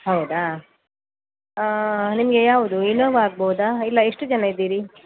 ಹೌದಾ ನಿಮಗೆ ಯಾವುದು ಇನೋವಾ ಆಗ್ಬೋದಾ ಇಲ್ಲ ಎಷ್ಟು ಜನ ಇದ್ದೀರಿ